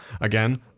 again